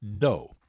No